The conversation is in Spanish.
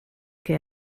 que